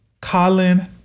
Colin